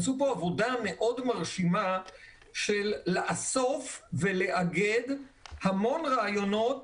הם עשו פה עבודה מרשימה מאוד של איסוף ואיגוד המון רעיונות